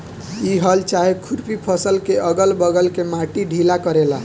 इ हल चाहे खुरपी फसल के अगल बगल के माटी ढीला करेला